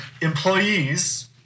employees